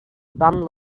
bundle